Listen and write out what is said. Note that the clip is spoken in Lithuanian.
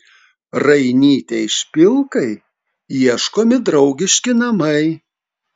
rainytei špilkai ieškomi draugiški namai